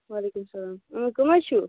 وعلیکُم سلام اۭں کُم حَظ چھِو